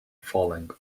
falling